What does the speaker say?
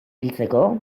hiltzeko